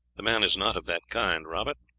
the man is not of that kind, robert,